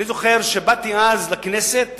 אני זוכר שבאתי אז לכנסת